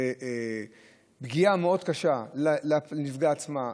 הפצועים, זו פגיעה מאוד קשה לנפגע עצמו.